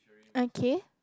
okay